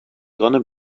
gonna